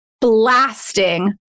blasting